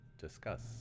discuss